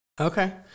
Okay